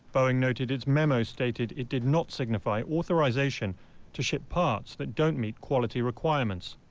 boeing noted its memo stated it did not signify authorisation to ship parts that don't meet quality requirements.